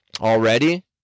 already